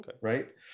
Right